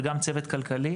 וגם צוות כלכלי